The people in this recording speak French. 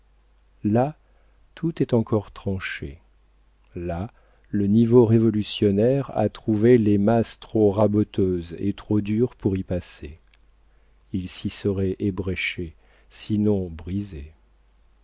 là tout est encore tranché là le niveau révolutionnaire a trouvé les masses trop raboteuses et trop dures pour y passer il s'y serait ébréché sinon brisé